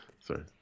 Sorry